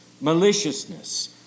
maliciousness